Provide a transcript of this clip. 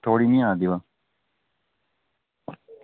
थुआढ़ी निं आवा दी बा